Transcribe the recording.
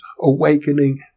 Awakening